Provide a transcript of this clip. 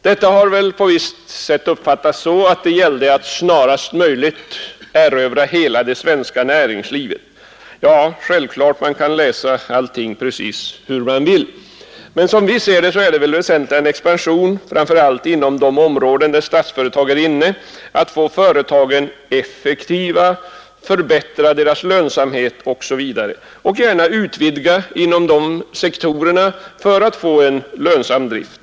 Detta har på visst håll uppfattats så, att det gällde att snarast möjligt erövra hela det svenska näringslivet. Ja, man kan läsa allting precis hur man vill, men som vi ser det gäller detta i det väsentliga en expansion inom de områden där Statsföretag verkar — man skall söka få de företagen effektiva, förbättra deras lönsamhet osv. och gärna utvidga inom de sektorerna för att få en lönsam drift.